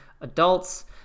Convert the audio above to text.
adults